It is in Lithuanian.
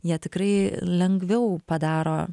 jie tikrai lengviau padaro